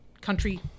country